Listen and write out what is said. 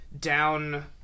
down